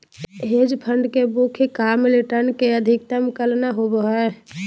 hedge fund के मुख्य काम रिटर्न के अधीकतम करना होबो हय